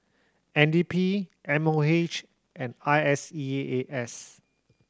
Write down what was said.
N D P M O H and I S E A S